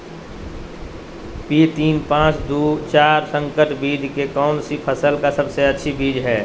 P तीन पांच दू चार संकर बीज कौन सी फसल का सबसे अच्छी बीज है?